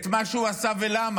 את מה שהוא עשה ולמה,